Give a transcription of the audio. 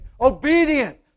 Obedient